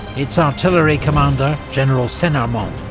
its artillery commander, general senarmont,